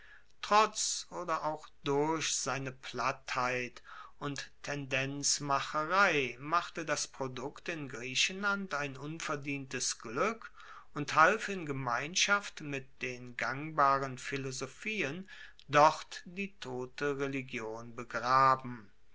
trotz oder auch durch seine plattheit und tendenzmacherei machte das produkt in griechenland ein unverdientes glueck und half in gemeinschaft mit den gangbaren philosophien dort die tote religion begraben